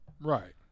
Right